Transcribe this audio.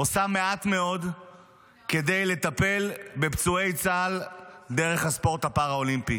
עושה מעט מאוד כדי לטפל בפצועי צה"ל דרך הספורט הפאראלימפי.